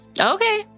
Okay